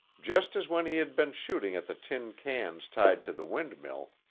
just as when he had been shooting at the tin cans tied to the windmill,